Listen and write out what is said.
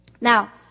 Now